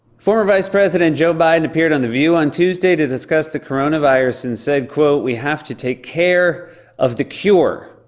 former vice president joe biden appeared on the view on tuesday to discuss the coronavirus and said, we have to take care of the cure.